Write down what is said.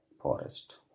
forest